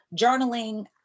journaling